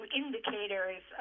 indicators